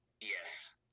Yes